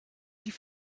die